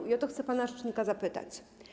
I o to chcę pana rzecznika zapytać.